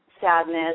sadness